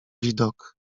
widok